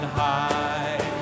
high